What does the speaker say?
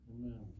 Amen